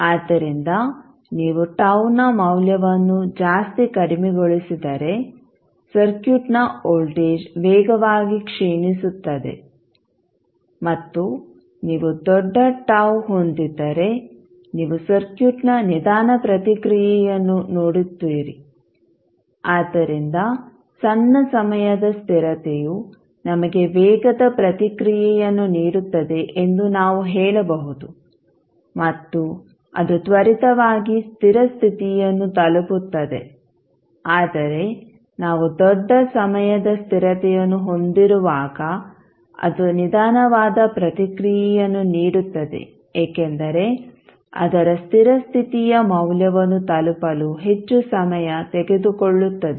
ಆದ್ದರಿಂದ ನೀವು τ ನ ಮೌಲ್ಯವನ್ನು ಜಾಸ್ತಿ ಕಡಿಮೆಗೊಳಿಸಿದರೆ ಸರ್ಕ್ಯೂಟ್ನ ವೋಲ್ಟೇಜ್ ವೇಗವಾಗಿ ಕ್ಷೀಣಿಸುತ್ತದೆ ಮತ್ತು ನೀವು ದೊಡ್ಡ τ ಹೊಂದಿದ್ದರೆ ನೀವು ಸರ್ಕ್ಯೂಟ್ನ ನಿಧಾನ ಪ್ರತಿಕ್ರಿಯೆಯನ್ನು ನೋಡುತ್ತೀರಿ ಆದ್ದರಿಂದ ಸಣ್ಣ ಸಮಯದ ಸ್ಥಿರತೆಯು ನಮಗೆ ವೇಗದ ಪ್ರತಿಕ್ರಿಯೆಯನ್ನು ನೀಡುತ್ತದೆ ಎಂದು ನಾವು ಹೇಳಬಹುದು ಮತ್ತು ಅದು ತ್ವರಿತವಾಗಿ ಸ್ಥಿರ ಸ್ಥಿತಿಯನ್ನು ತಲುಪುತ್ತದೆ ಆದರೆ ನಾವು ದೊಡ್ಡ ಸಮಯದ ಸ್ಥಿರತೆಯನ್ನು ಹೊಂದಿರುವಾಗ ಅದು ನಿಧಾನವಾದ ಪ್ರತಿಕ್ರಿಯೆಯನ್ನು ನೀಡುತ್ತದೆ ಏಕೆಂದರೆ ಅದರ ಸ್ಥಿರ ಸ್ಥಿತಿಯ ಮೌಲ್ಯವನ್ನು ತಲುಪಲು ಹೆಚ್ಚು ಸಮಯ ತೆಗೆದುಕೊಳ್ಳುತ್ತದೆ